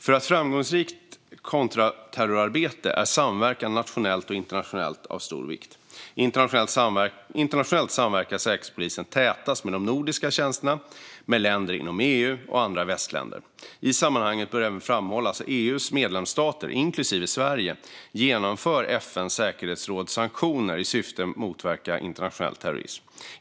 För ett framgångsrikt kontraterrorarbete är samverkan nationellt och internationellt av stor vikt. Internationellt samverkar Säkerhetspolisen tätast med de nordiska tjänsterna, med länder inom EU och med andra västländer. I sammanhanget bör även framhållas att EU:s medlemsstater, inklusive Sverige, genomför FN:s säkerhetsråds sanktioner i syfte att motverka internationell terrorism.